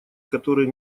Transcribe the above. которые